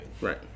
Right